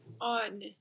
on